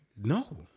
No